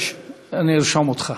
ט"ו בחשוון התשע"ז (16 בנובמבר 2016) ירושלים,